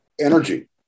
energy